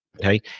Okay